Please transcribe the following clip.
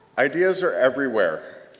ideas are everywhere,